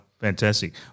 fantastic